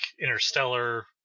interstellar